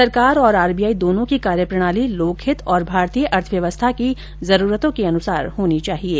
सरकार और आरबीआई दोनों की कार्यप्रणाली लोकहित और भारतीय अर्थव्यवस्था की जरूरतों के अनुसार होनी चाहिये